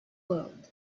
world